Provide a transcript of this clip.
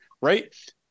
Right